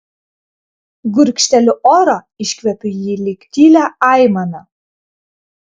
gurkšteliu oro iškvepiu jį lyg tylią aimaną